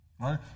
right